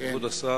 כבוד השר,